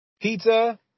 Pizza